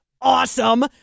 awesome